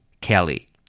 Kelly